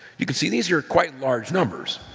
you can see these are quite large numbers.